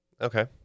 Okay